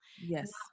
Yes